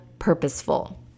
Purposeful